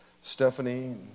Stephanie